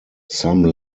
some